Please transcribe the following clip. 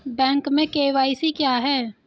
Bank में KYC क्या है?